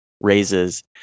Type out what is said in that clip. raises